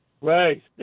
Right